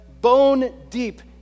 bone-deep